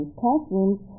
classrooms